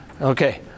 Okay